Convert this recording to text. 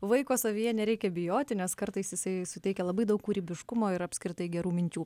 vaiko savyje nereikia bijoti nes kartais jisai suteikia labai daug kūrybiškumo ir apskritai gerų minčių